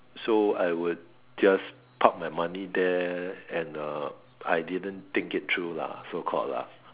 so I would just Park my money there and uh I didn't think it through lah so called lah